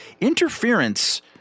interference